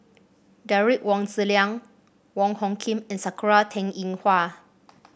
Derek Wong Zi Liang Wong Hung Khim and Sakura Teng Ying Hua